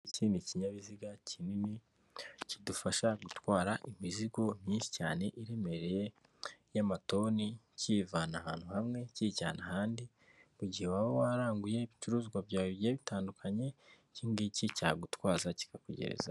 Iki ngiki ni ikinyabiziga kinini kidufasha gutwara imizigo myinshi cyane iremereye y'amatoni, kiyivana ahantu hamwe kiyijyana ahandi, mu gihe waba waranguye ibicuruzwa byawe bitandukanye iki ngiki cyagutwaza kikakugerezayo.